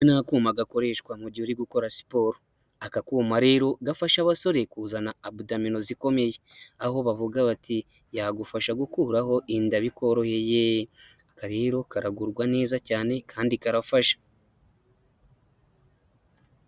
Aka ni akuma gakoreshwa mu gihe uri gukora siporo, aka kuma rero gafasha abasore kuzana abudomino zi ikomeye, aho bavuga bati yagufasha gukuraho inda bikworoheye aka rero karagurwa neza cyane kandi karafasha.